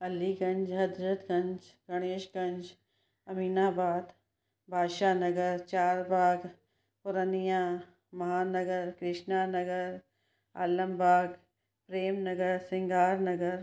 Aliganj Hazratganj Ganeshganj Aminabad Badshahnagar Charbagh उरनीया महानगर कृष्णा नगर आलमबाग प्रेमनगर सिंगारनगर